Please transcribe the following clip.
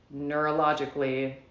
neurologically